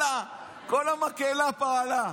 כל המקהלה פעלה,